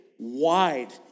wide